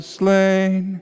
slain